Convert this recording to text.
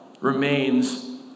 remains